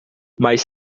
mais